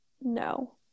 No